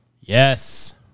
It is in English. Yes